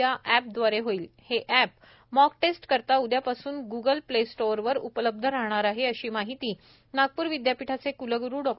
या अॅपद्वारे होईल हे अॅप मॉक टेस्ट करिता उदया पासून ग्गल प्ले स्टोर वर उपलब्ध राहणार आहे अशी माहिती नागपूर विद्यापीठाचे क्लग्रु डॉ